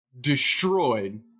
destroyed